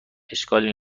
اشکالی